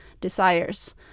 desires